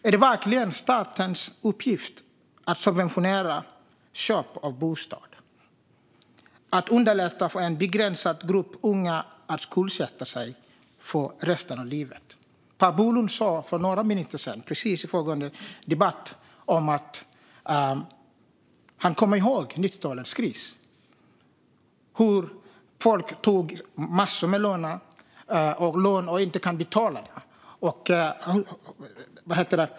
Är det verkligen statens uppgift att subventionera köp av bostad och att underlätta för en begränsad grupp unga att skuldsätta sig för resten av livet? Per Bolund sa för några minuter sedan, i föregående debatt, att han kommer ihåg 90-talets kris och hur folk tog stora lån och inte kunde betala.